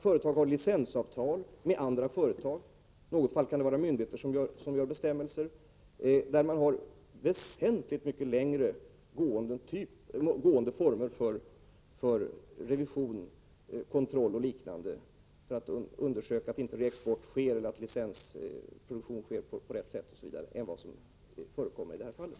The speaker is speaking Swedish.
Företag har licensavtal med andra företag — i något fall kan det vara myndigheter som utfärdar bestämmelser — där man har väsentligt mycket längre gående former för revision, kontroll m.m., för att undersöka att inte reexport sker, att licensproduktionen sker på rätt sätt, osv. än vad som förekommer i det här fallet.